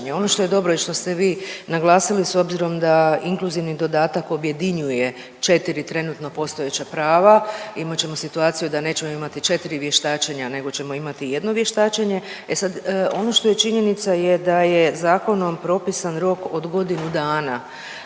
Ono što je dobro i što ste vi naglasili i s obzirom inkluzivni dodatak objedinjuje četiri trenutno postojeća prava imat ćemo situaciju da nećemo imati četiri vještačenja nego ćemo imati jedno vještačenje, e sad ono što je činjenica je da je zakonom propisan rok od godinu dana